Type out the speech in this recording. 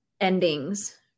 endings